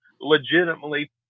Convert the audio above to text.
legitimately